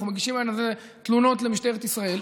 אנחנו מגישים על זה תלונות למשטרת ישראל,